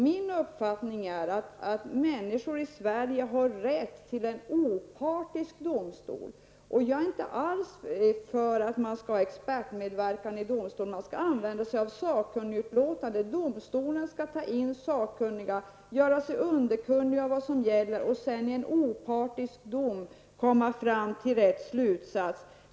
Min uppfattning är att människorna i Sverige har rätt till en opartisk domstol. Jag är inte alls för att man skall ha expertmedverkan i domstolarna. Domstolarna skall i stället anlita sakkunniga och göra sig underkunniga om vad som gäller och i en opartisk dom komma fram till den rätta slutsatsen.